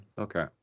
Okay